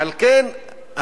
על כן,